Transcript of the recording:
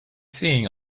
seeing